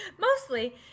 mostly